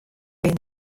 bin